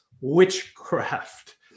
witchcraft